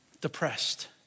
depressed